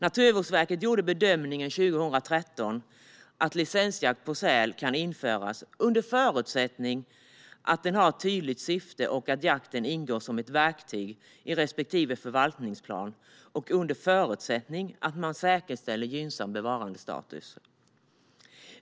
Naturvårdsverket gjorde 2013 bedömningen att licensjakt på säl kan införas under förutsättning att den har ett tydligt syfte och att jakten ingår som ett verktyg i respektive förvaltningsplan och under förutsättning att man säkerställer gynnsam bevarandestatus.